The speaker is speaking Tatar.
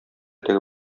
теге